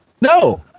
No